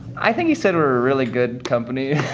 i think he said we're a really good company